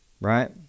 Right